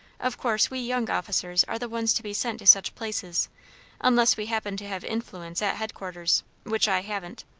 of course we young officers are the ones to be sent to such places unless we happen to have influence at headquarters, which i haven't.